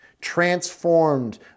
transformed